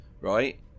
Right